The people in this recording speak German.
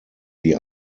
die